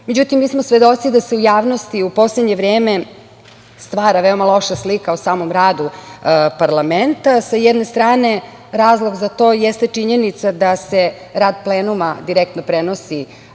imaju.Međutim, mi smo svedoci da se u javnosti u poslednje vreme stvara veoma loša slika o samom radu parlamenta. Sa jedne strane, razlog za to jeste činjenica da se rad plenuma direktno prenosi